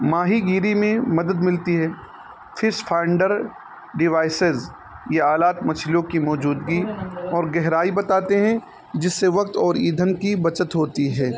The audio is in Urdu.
ماہی گیری میں مدد ملتی ہے فش فائڈر ڈیوائسیز یہ آلات مچھلیوں کی موجودگی اور گہرائی بتاتے ہیں جس سے وقت اور ادھن کی بچت ہوتی ہے